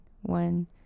one